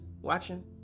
watching